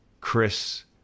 Chris